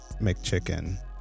McChicken